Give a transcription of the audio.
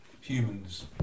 humans